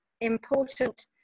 important